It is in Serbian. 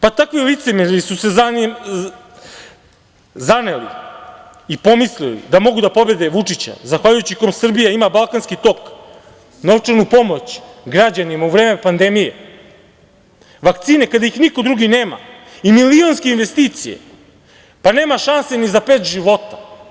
Pa, takvi licemeri su se zaneli i pomislili da mogu da pobede Vučića zahvaljujući kome Srbija ima Balkanski tok, novčanu pomoć građanima u vreme pandemije, vakcine kada ih niko drugi nema i milionske investicije, pa nema šanse ni za pet života.